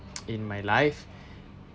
in my life